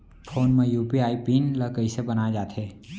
Phone म UPI PIN ल कइसे बनाये जाथे?